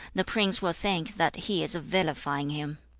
the prince will think that he is vilifying him